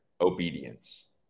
obedience